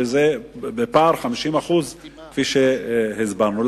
וזה בפער של 50% כפי שהסברנו.